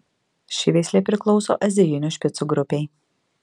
ši veislė priklauso azijinių špicų grupei